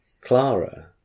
Clara